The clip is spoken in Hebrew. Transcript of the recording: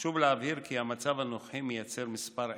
חשוב להבהיר כי המצב הנוכחי מייצר כמה עיוותים: